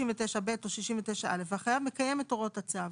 69(ב) או 69(א) והחייב מקיים את הוראות הצו,